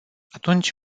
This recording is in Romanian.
atunci